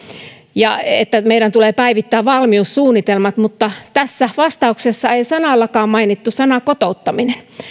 ja että meidän tulee päivittää valmiussuunnitelmat mutta tässä vastauksessa ei sanallakaan mainittu sanaa kotouttaminen